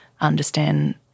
understand